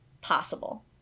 possible